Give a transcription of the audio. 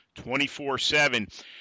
24-7